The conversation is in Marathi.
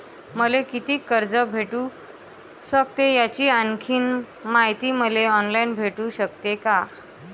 मले कितीक कर्ज भेटू सकते, याची आणखीन मायती मले ऑनलाईन भेटू सकते का?